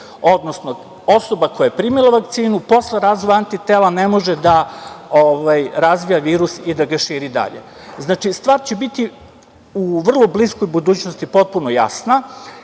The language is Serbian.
odnosno osoba koja je primila vakcinu posle razvoja antitela ne može da razvija virus i da ga širi dalje. Znači, stvar će biti u vrlo bliskoj budućnosti potpuno jasna.